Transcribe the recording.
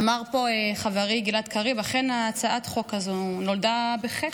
אמר פה חברי גלעד קריב: אכן הצעת החוק הזו נולדה בחטא.